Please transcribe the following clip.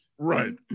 Right